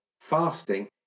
Fasting